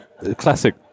Classic